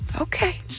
Okay